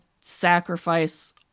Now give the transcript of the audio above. sacrifice